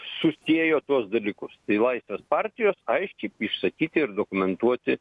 susiejo tuos dalykus tai laisvės partijos aiškiai išsakyti ir dokumentuoti